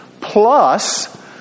Plus